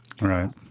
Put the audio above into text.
Right